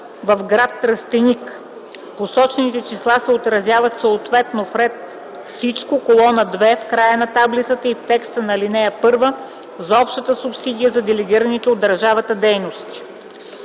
в гр. Тръстеник). Посочените числа се отразяват съответно в ред „Всичко”, колона 2, в края на таблицата и в текста на ал. 1 за общата субсидия за делегираните от държавата дейности.